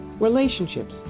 relationships